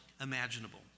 imaginable